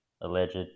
Alleged